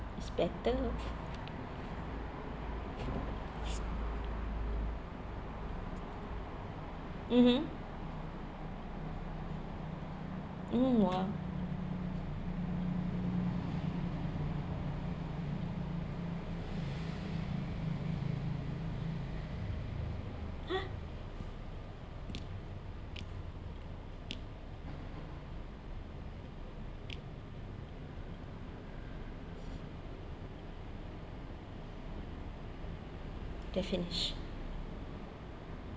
is better mmhmm mm !wah! ha then finish